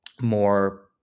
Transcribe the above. more